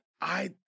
I-